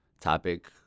topic